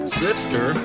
sister